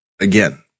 again